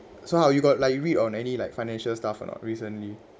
so how you got like read on any like financial stuff or not recently